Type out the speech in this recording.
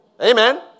Amen